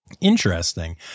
Interesting